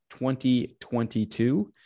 2022